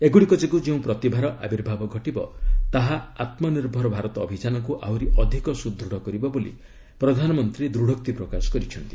ଏଗୁଡ଼ିକ ଯୋଗୁଁ ଯେଉଁ ପ୍ରତିଭାର ଆର୍ବିଭାବ ଘଟିବ ତାହା ଆମ୍ନିର୍ଭର ଭାରତ ଅଭିଯାନକୁ ଆହୁରି ଅଧିକ ସୁଦୃଢ଼ କରିବ ବୋଲି ପ୍ରଧାନମନ୍ତ୍ରୀ ଦୃଢ଼ୋକ୍ତି ପ୍ରକାଶ କରିଛନ୍ତି